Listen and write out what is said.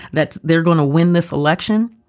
that they're going to win this election.